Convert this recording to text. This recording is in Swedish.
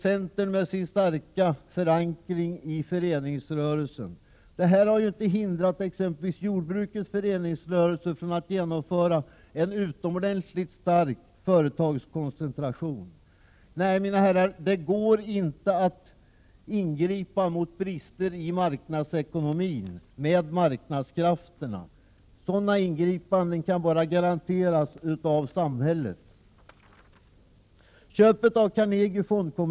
Centern har ju en stark förankring i föreningsrörelsen, men detta har ju inte hindrat exempelvis jordbrukets föreningsrörelse från att genomföra en utomordentligt stark företagskoncentration. Nej, mina herrar, det går inte att ingripa mot brister i marknadsekonomin med marknadskrafter. Sådana ingripanden kan bara garanteras av samhället.